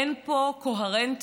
אין פה קוהרנטיות.